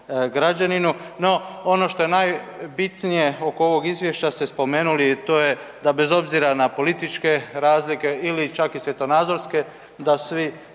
građaninu. No, ono što je najbitnije oko ovog izvješća ste spomenuli, a to je da bez obzira na političke razlike ili čak i svjetonazorske da svi